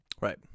Right